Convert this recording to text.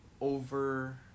over